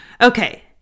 Okay